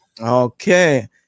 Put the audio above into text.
Okay